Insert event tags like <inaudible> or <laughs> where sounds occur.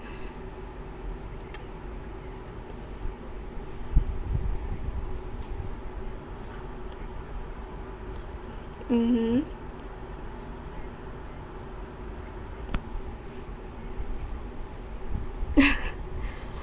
<laughs> mmhmm <laughs>